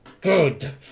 good